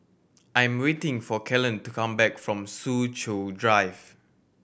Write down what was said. I am waiting for Kellan to come back from Soo Chow Drive